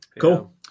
Cool